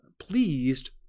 Pleased